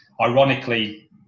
Ironically